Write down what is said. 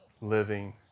living